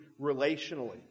relationally